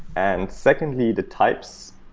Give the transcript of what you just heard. and secondly the types,